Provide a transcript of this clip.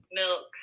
milk